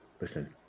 listen